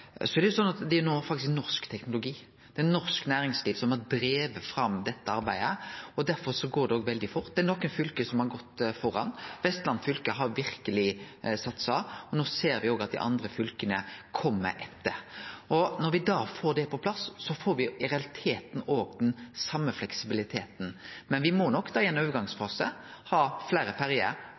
derfor går det veldig fort. Det er nokre fylke som har gått fremst. Vestland fylke har verkeleg satsa, og no ser me at dei andre fylka kjem etter. Når me får det på plass, får me i realiteten den same fleksibiliteten, men me må nok i ein overgangsfase ha fleire ferjer